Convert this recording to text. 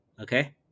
Okay